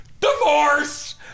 divorce